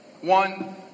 One